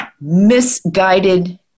misguided